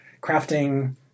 crafting